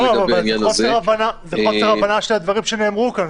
זה חוסר הבנה של הדברים שנאמרו פה.